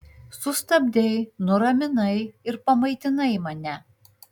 sustabdei nuraminai ir pamaitinai mane